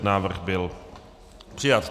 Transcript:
Návrh byl přijat.